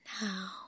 Now